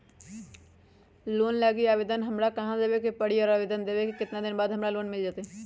Loan लागी आवेदन हमरा कहां देवे के पड़ी और आवेदन देवे के केतना दिन बाद हमरा लोन मिल जतई?